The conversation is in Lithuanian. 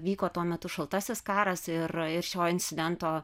vyko tuo metu šaltasis karas ir šio incidento